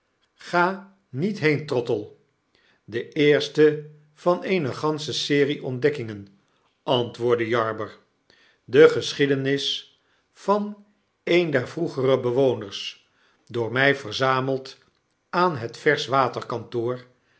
gra niet heen trottle de eerste van eene gansche serie ontdekkingen antwoordde jarber b de geschiedenis van een der vroegere bewoners door mg verzameld aan het